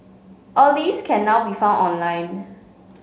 all these can now be found online